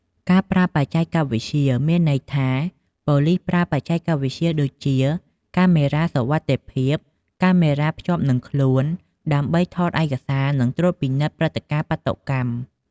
ការប្រើបច្ចេកវិទ្យា មានន័យថា ប៉ូលីសប្រើបច្ចេកវិទ្យាដូចជា កាមេរ៉ាសុវត្ថិភាព , កាមេរ៉ាភ្ជាប់និងខ្លួន ដើម្បីថតឯកសារនិងត្រួតពិនិត្យព្រឹត្តិការណ៍បាតុកម្ម។